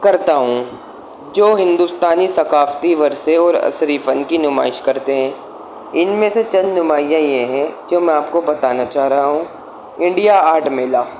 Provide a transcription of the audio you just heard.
کرتا ہوں جو ہندستانی ثکافتی ورثے اور عصری فن کی نمائش کرتے ہیں ان میں سے چند نمایاں یہ ہیں جو میں آپ کو بتانا چاہ رہا ہوں انڈیا آرٹ میلہ